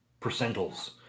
percentiles